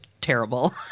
terrible